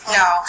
no